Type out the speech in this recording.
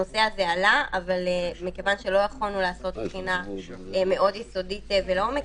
הנושא הזה עלה אבל מכיוון שלא יכולנו לעשות בחינה מאוד יסודית ולעומק,